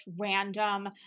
random